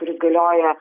kuris galioja